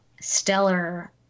stellar